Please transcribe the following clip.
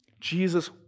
Jesus